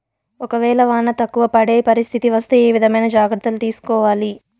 ఒక వేళ వాన తక్కువ పడే పరిస్థితి వస్తే ఏ విధమైన జాగ్రత్తలు తీసుకోవాలి?